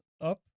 up